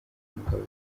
mugabo